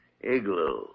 igloo